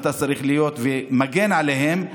אתה צריך להגן עליהם,